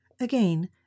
Again